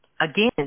Again